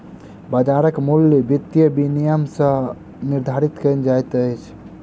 बाजारक मूल्य वित्तीय विनियम सॅ निर्धारित कयल जाइत अछि